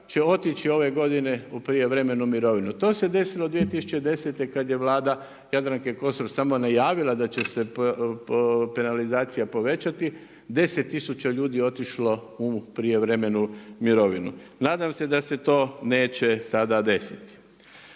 će otići ove godine u prijevremenu mirovinu. To se desilo 2010. kada je vlada Jadranke Kosor samo najavila da će se penalizacija povećati 10 tisuća ljudi otišlo u prijevremenu mirovinu. Nadam se da se to neće sada desiti.